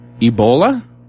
Ebola